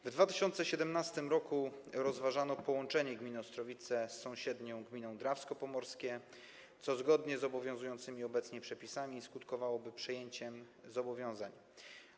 W 2017 r. rozważano połączenie gminy Ostrowice z sąsiednią gminą Drawsko Pomorskie, co zgodnie z obowiązującymi obecnie przepisami skutkowałoby przejęciem zobowiązań Ostrowic.